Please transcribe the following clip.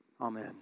amen